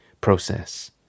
process